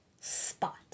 spot